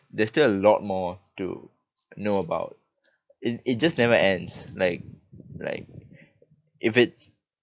there's still a lot more to know about it it just never ends like like if it's